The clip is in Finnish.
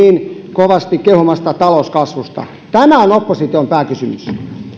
kovasti kehumasta talouskasvusta tämä on opposition pääkysymys